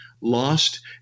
lost